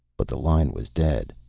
but the line was dead.